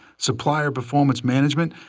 supplier performance management,